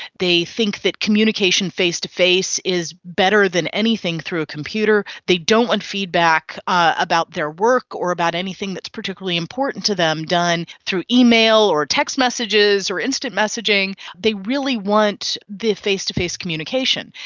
they think that communication face-to-face is better than anything through a computer. they don't want feedback about their work or about anything that's particularly important to them done through email or text messages or instant messaging, they really want the face-to-face communication.